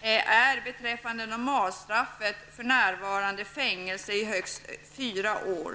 är för närvarande fängelse i högst fyra år.